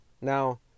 Now